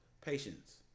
Patience